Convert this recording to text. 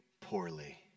poorly